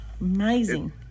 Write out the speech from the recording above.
amazing